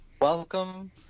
welcome